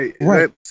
right